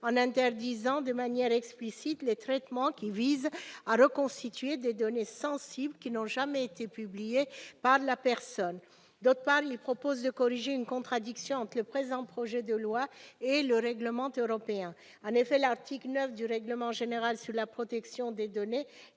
en interdisant de manière explicite les traitements qui visent à reconstituer des données sensibles qui n'ont jamais été publiées par la personne. D'autre part, il tend à corriger une contradiction entre le présent projet de loi et le règlement européen. En effet, l'article 9 du règlement général sur la protection des données